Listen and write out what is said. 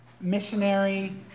missionary